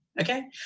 Okay